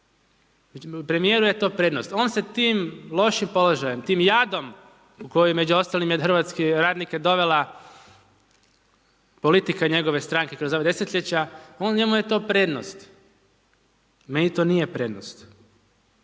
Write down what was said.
premjeru je to prednost. On se tim lošim položajem, tim jadom koji je između ostalom je hrvatske radnike dovela politika njegove stranke kroz ova desetljeća, njemu je to prednost, meni to nije prednost.